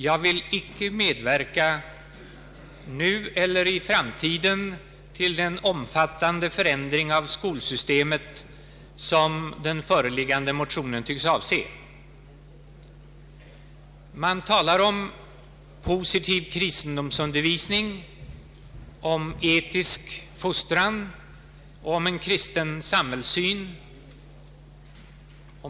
Jag vill inte nu eller i framtiden medverka till den omfattande förändring av skolsystemet som den föreliggande motionen tycks avse. Man talar om positiv kristendomsundervisning, om etisk fostran och om en kristen samhällssyn.